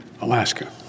Alaska